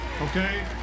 okay